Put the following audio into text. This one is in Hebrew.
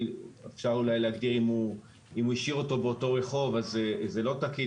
אפשר אולי להגדיר אם הוא השאיר אותו באותו רחוב אז זה לא תקין.